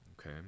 Okay